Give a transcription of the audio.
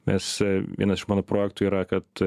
mes vienas iš mano projektų yra kad